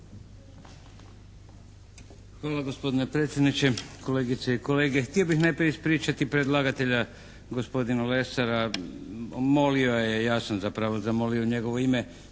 Hvala gospodine predsjedniče. Kolegice i kolege. Htio bih najprije ispričati predlagatelja gospodina Lesara. Molio je, ja sam zapravo zamolio u njegovo ime